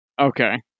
Okay